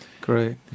Great